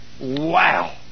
Wow